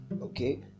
Okay